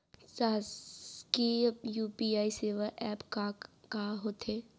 शासकीय यू.पी.आई सेवा एप का का होथे?